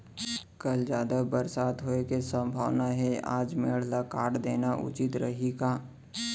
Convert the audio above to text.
कल जादा बरसात होये के सम्भावना हे, आज मेड़ ल काट देना उचित रही का?